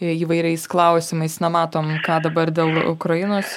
įvairiais klausimais na matom ką dabar dėl ukrainos